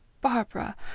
Barbara